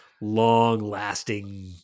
long-lasting